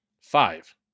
Five